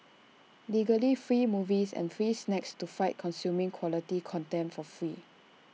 legally free movies and free snacks to fight consuming quality content for free